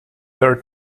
their